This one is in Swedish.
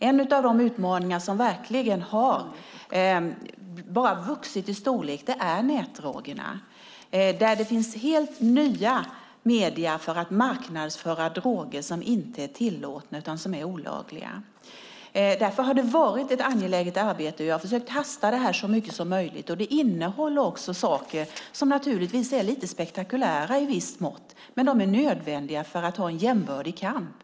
En av de utmaningar som verkligen har vuxit i storlek är nätdrogerna. Det finns helt nya medier för att marknadsföra droger som inte är tillåtna utan olagliga. Därför har detta varit ett angeläget arbete, och jag har försökt hasta det så mycket som möjligt. Det innehåller också saker som naturligtvis är lite spektakulära i visst mått, men de är nödvändiga för att det ska vara en jämbördig kamp.